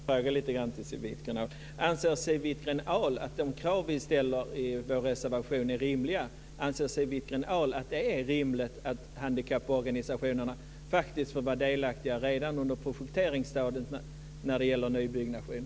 Fru talman! Jag ska försöka förtydliga min fråga lite grann till Siw Wittgren-Ahl. Anser Siw Wittgren-Ahl att de krav vi ställer i vår reservation är rimliga? Anser Siw Wittgren-Ahl att det är rimligt att handikapporganisationerna faktiskt får vara delaktiga redan under projekteringsstadiet när det gäller nybyggnation?